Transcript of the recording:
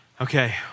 Okay